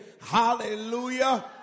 hallelujah